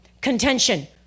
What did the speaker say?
contention